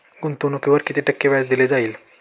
गुंतवणुकीवर किती टक्के व्याज दिले जाईल?